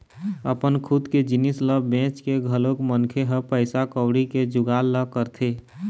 अपन खुद के जिनिस ल बेंच के घलोक मनखे ह पइसा कउड़ी के जुगाड़ ल करथे